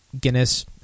Guinness